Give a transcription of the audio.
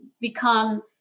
become